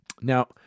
Now